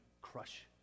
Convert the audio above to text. crush